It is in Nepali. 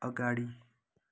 अगाडि